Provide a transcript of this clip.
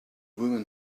woman